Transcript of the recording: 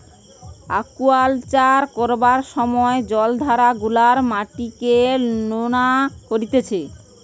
aquaculture করবার সময় জলাধার গুলার মাটিকে নোনা করতিছে